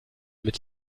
mit